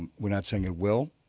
we're not saying it will